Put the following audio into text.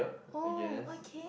oh okay